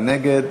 מי נגד?